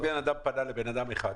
אם בן אדם פנה לבן אדם אחד,